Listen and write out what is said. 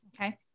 Okay